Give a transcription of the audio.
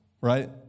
right